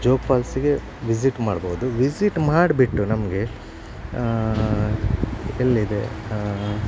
ಜೋಗ್ ಫಾಲ್ಸಿಗೆ ವಿಝಿಟ್ ಮಾಡ್ಬೋದು ವಿಝಿಟ್ ಮಾಡಿಬಿಟ್ಟು ನಮಗೆ ಎಲ್ಲಿದೆ